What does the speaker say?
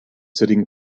sitting